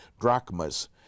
drachmas